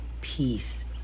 peace